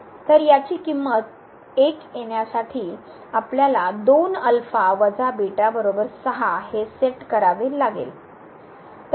तर याची किंमत 1 येण्यासाठी आपल्याला हे सेट करावे लागेल